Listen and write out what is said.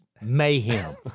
mayhem